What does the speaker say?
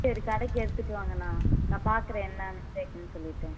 சரி கடைக்கு எடுத்துகிட்டு வாங்கண்ணா நான் பார்க்கறேன் என்ன மிஸ்டேக்குன்னு சொல்லிட்டு